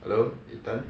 hello ethan